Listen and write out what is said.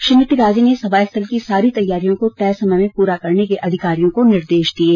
श्रीमती राजे ने सभा स्थल की सारी तैयारियों को तय समय में पूरा करने के अधिकारियों को निर्देश दिये